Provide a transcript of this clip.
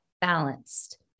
balanced